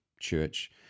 church